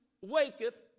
waketh